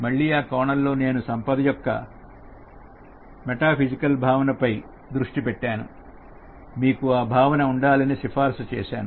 మళ్లీ ఆ కోణంలో నేను సంపద యొక్క మెటాఫిజికల్ భావనపై దృష్టి పెట్టాను మీకు ఆ భావన ఉండాలని సిఫార్సు చేశాను